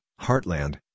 Heartland